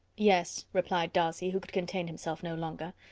yes, replied darcy, who could contain himself no longer,